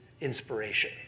inspiration